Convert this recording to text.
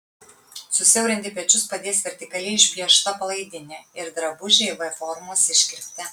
susiaurinti pečius padės vertikaliai išpiešta palaidinė ir drabužiai v formos iškirpte